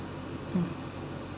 um